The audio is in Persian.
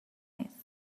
نیست